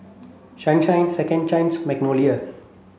Sunshine Second Chance Magnolia